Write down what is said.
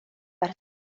per